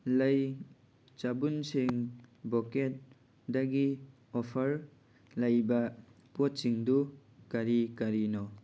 ꯂꯩ ꯆꯕꯨꯟꯁꯤꯡ ꯕꯣꯀꯦꯠꯗꯒꯤ ꯑꯣꯐꯔ ꯂꯩꯕ ꯄꯣꯠꯁꯤꯡꯗꯨ ꯀꯔꯤ ꯀꯔꯤꯅꯣ